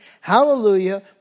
Hallelujah